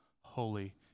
holy